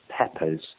peppers